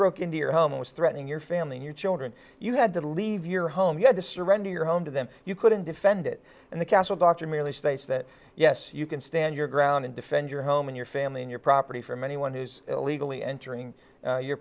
broke into your home was threatening your family and your children you had to leave your home you had to surrender your home to them you couldn't defend it and the castle doctrine merely states that yes you can stand your ground and defend your home and your family and your property from anyone who's illegally entering your